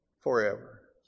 forever